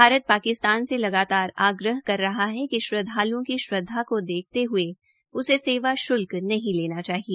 भारत पाकिस्तान से लगातार आग्रह कर रहा हा कि श्रद्वाल्ओं की श्रद्वा को देखते हये उसे सेवा श्ल्क नहीं लेना चाहिए